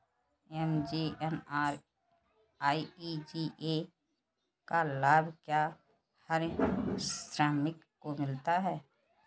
MGNREGA का लाभ क्या हर श्रमिक को मिलता है?